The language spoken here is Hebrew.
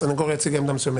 הסניגוריה הציגה עמדה מסוימת,